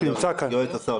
נתקבלה.